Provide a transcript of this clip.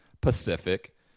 Pacific